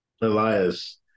Elias